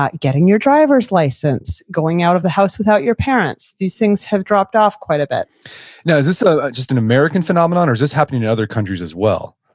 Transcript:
getting your driver's license, going out of the house without your parents. these things have dropped off quite a bit now, is this so just an american phenomenon or is this happening in other countries as well?